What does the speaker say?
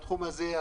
בתחום הזה.